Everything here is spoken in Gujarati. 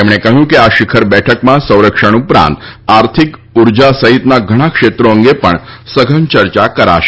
તેમણે કહ્યું કે આ શિખર બેઠકમાં સંરક્ષણ ઉપરાંત આર્થિક ઊર્જા સહિતના ઘણા ક્ષેત્રો અંગે પણ સઘન ચર્ચા કરાશે